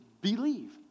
believe